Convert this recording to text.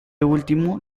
último